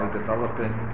developing